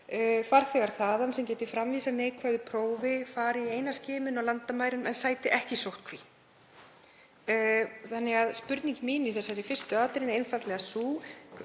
appelsínugul og geti framvísað neikvæðu prófi fari í eina skimun á landamærum en sæti ekki sóttkví. Þannig að spurning mín í þessari fyrstu atrennu er einfaldlega: Hver